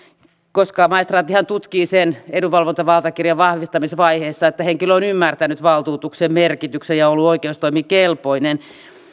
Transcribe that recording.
koska maistraattihan tutkii sen edunvalvontavaltakirjan vahvistamisvaiheessa että henkilö on ymmärtänyt valtuutuksen merkityksen ja on ollut oikeustoimikelpoinen